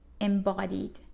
embodied